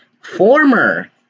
former